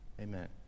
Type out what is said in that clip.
Amen